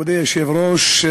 מכובדי היושב-ראש,